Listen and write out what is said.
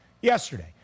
yesterday